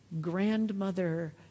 Grandmother